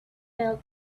fell